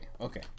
okay